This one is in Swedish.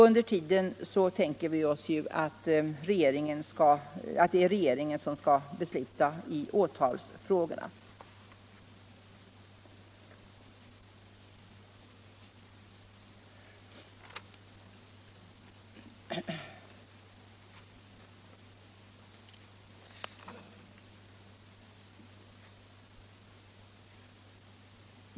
Under tiden skall, tänker vi oss, regeringen besluta i åtalsfrågan.